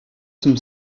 some